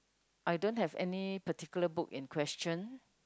I don't have any particular book in question